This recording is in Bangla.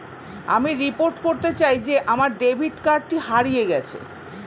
আমি রিপোর্ট করতে চাই যে আমার ডেবিট কার্ডটি হারিয়ে গেছে